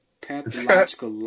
pathological